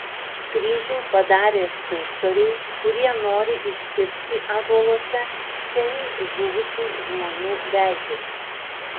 kryžių padarė skulptoriai kurie nori iškirsti ąžuoluose seniai žuvusių žmonių veidus